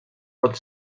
pot